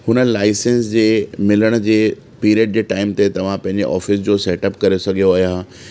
हुन लाईसंस जे मिलण जे पीरियड जे टाईम ते तव्हां पंहिंजे ऑफिस जो सेटअप करे सघियो आहियां